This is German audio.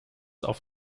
auf